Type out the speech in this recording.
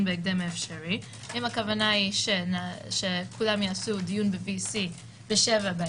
בהקדם האפשרי שכולם יעשו דיון ב-VC ב-19:00,